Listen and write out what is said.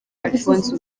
alphonse